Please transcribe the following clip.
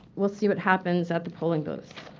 we'll see what happens at the polling booths.